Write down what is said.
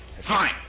Fine